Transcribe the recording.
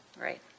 Right